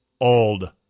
old